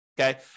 Okay